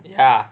ya